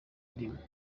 indimi